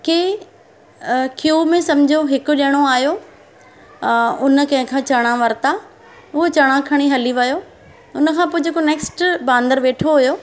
कि क्यू में समुझो हिकु ॼणो आयो उन कंहिं खां चणा वरिता उहो चणा खणी हली वियो उन खां पोइ जेको नेक्स्ट बांदर वेठो हुयो